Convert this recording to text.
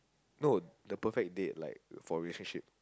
no the perfect date like for relationship